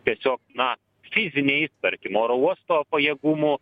tiesiog na fiziniais tarkim oro uosto pajėgumų